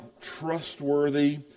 trustworthy